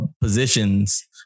positions